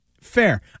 Fair